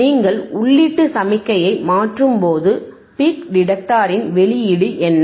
நீங்கள் உள்ளீட்டு சமிக்ஞையை மாற்றும்போது பீக் டிடக்டர் இன் வெளியீடு என்ன